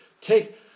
take